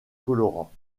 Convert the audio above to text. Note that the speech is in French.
colorant